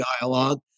dialogue